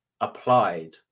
applied